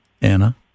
Anna